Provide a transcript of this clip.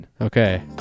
Okay